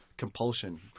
compulsion